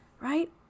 right